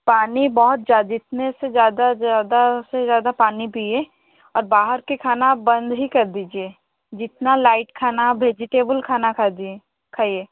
पानी बहुत ज़्यादा जीतना से ज़्यादा ज़्यादा से ज़्यादा पानी पिएं और बाहर का खाना आप बंद ही कर दीजिए जितना लाईट खाना भेजिटेबुल खाना खाजीए खाइए